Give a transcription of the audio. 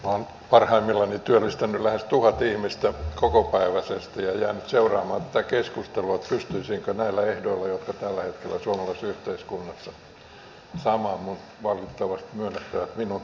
olen parhaimmillani työllistänyt lähes tuhat ihmistä kokopäiväisesti ja jään nyt seuraamaan tätä keskustelua että pystyisinkö samaan näillä ehdoilla jotka tällä hetkellä ovat suomalaisessa yhteiskunnassa mutta on valitettavasti myönnettävä että minun taidoillani se ei enää onnistu